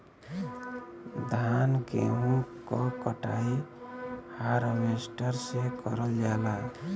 धान गेहूं क कटाई हारवेस्टर से करल जाला